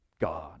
God